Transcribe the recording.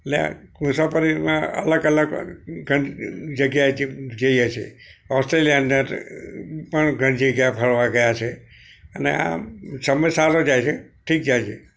એટલે મુસાફરીમાં અલગ અલગ ગ જગ્યાએથી જઈએ છીએ ઓસ્ટ્રેલિયા અંદર પણ ઘણી જગ્યા ફરવા ગયા છે અને આમ સમય સારો જાય છે ઠીક જાય છે